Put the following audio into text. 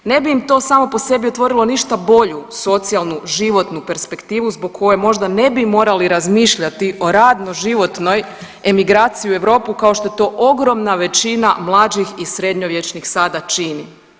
Ne bi im to samo po sebi otvorilo ništa bolju socijalnu životnu perspektivu zbog koje možda ne bi morali razmišljati o radno životnoj emigraciji u Europu kao što je to ogromna većina mlađih i sredovječnih sada čini.